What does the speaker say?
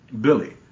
Billy